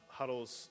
huddles